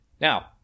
Now